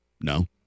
No